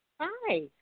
Hi